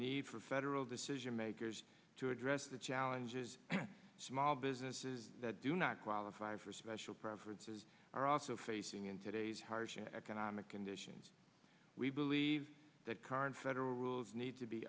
need for federal decision makers to address the challenges small businesses that do not qualify for special preferences are also facing in today's harsh economic conditions we believe that current federal rules need to be